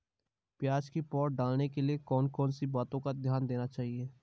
प्याज़ की पौध डालने के लिए कौन कौन सी बातों का ध्यान देना चाहिए?